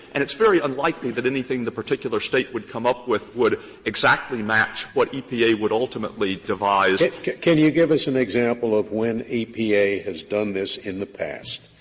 and it's very unlikely that anything the particular state would come up with would exactly match what epa would ultimately devise. scalia can you give us an example of when epa has done this in the past,